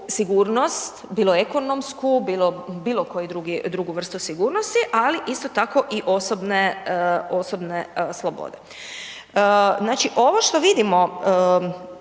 sigurnost, bilo ekonomsku bilo bilo koju drugu vrstu sigurnosti, ali isto tako i osobne slobode. Znači ovo što vidimo,